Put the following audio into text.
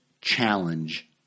challenge